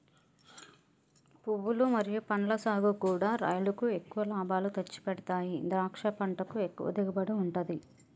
పువ్వులు మరియు పండ్ల సాగుకూడా రైలుకు ఎక్కువ లాభాలు తెచ్చిపెడతాయి ద్రాక్ష పంటకు ఎక్కువ దిగుబడి ఉంటది